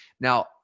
Now